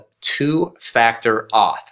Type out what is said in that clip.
two-factor-auth